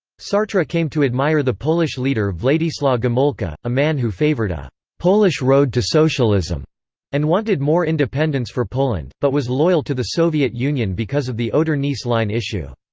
sartre came to admire the polish leader wladyslaw gomulka, a man who favored a polish road to socialism and wanted more independence for poland, but was loyal to the soviet union because of the oder-neisse line issue.